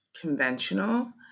conventional